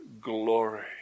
glory